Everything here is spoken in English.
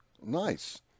Nice